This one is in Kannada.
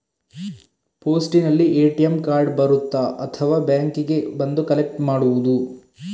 ಪೋಸ್ಟಿನಲ್ಲಿ ಎ.ಟಿ.ಎಂ ಕಾರ್ಡ್ ಬರುತ್ತಾ ಅಥವಾ ಬ್ಯಾಂಕಿಗೆ ಬಂದು ಕಲೆಕ್ಟ್ ಮಾಡುವುದು?